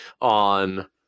on